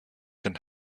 den